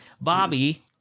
Bobby